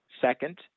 Second